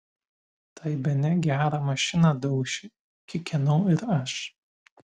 tai bene gerą mašiną dauši kikenau ir aš